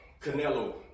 Canelo